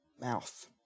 mouth